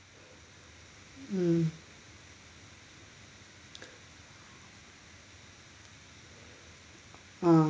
mm ah